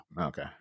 Okay